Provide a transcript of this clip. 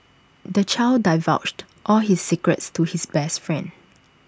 the child divulged all his secrets to his best friend